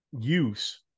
use